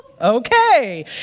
Okay